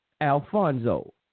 Alfonso